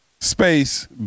space